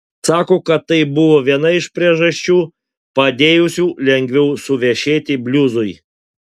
sako kad tai buvo viena iš priežasčių padėjusių lengviau suvešėti bliuzui